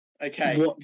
Okay